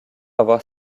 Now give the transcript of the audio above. avoir